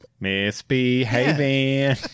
Misbehaving